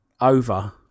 over